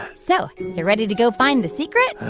ah so you ready to go find the secret?